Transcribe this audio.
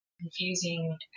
confusing